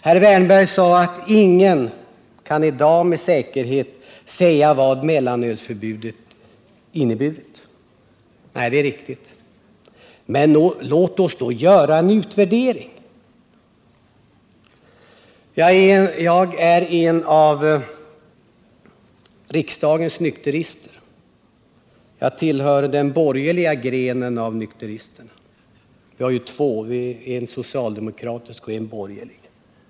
Herr Wärnberg sade att ingen i dag med säkerhet kan säga vad mellan ölsförbudet har inneburit. Nej, det är riktigt. Men låt oss då göra en utvärdering. Jag är en av riksdagens nykterister och tillhör den borgerliga grenen bland dem. Det finns som bekant en socialdemokratisk och en borgerlig grupp av nykterister.